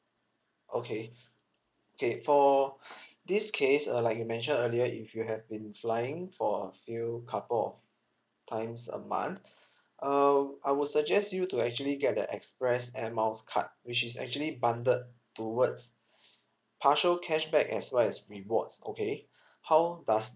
okay okay for this case uh like you mentioned earlier if you have been flying for a few couple of times a month uh I would suggest you to actually get the express air miles card which is actually bundled towards partial cashback as well as rewards okay how does